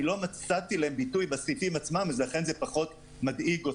לא מצאתי להם ביטוי בסעיפים עצמם ולכן זה פחות מדאיג אותי.